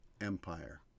Empire